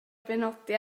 benodi